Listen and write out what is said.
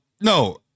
no